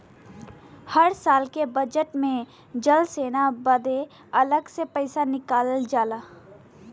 हर साल के बजेट मे से जल सेना बदे अलग से पइसा निकालल जाला